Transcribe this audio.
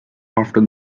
after